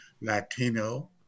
Latino